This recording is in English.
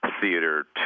theater